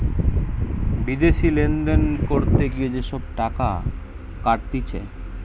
বিদেশি লেনদেন করতে গিয়ে যে সব টাকা কাটতিছে